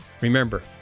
remember